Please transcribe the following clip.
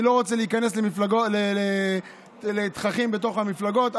אני לא רוצה להיכנס לתככים בתוך המפלגות,